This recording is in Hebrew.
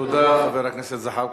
תודה לחבר הכנסת זחאלקה.